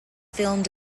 filmed